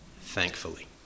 thankfully